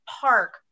park